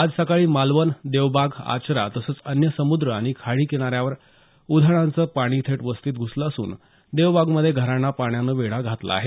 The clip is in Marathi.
आज सकाळी मालवण देवबाग आचरा तसच अन्य समुद्र आणि खाडी किनाऱ्यावर उधाणाचं पाणी थेट वस्तीत घुसलं असून देवबागमध्ये घरांना पाण्यानं वेढा घातला आहे